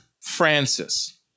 Francis